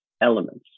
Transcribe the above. elements